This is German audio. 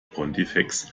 pontifex